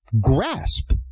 grasp